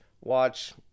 watch